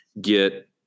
get